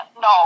No